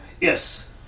Yes